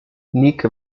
nick